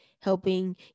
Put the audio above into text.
helping